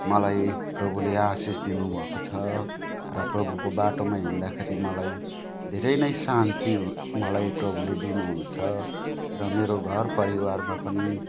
मलाई प्रभुले आशीष दिनुभएको छ र प्रभुको बाटोमा हिँड्दाखेरि मलाई धेरै नै शान्ति मलाई प्रभुले दिनुहुन्छ र मेरो घरपरिवारमा पनि